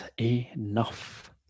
enough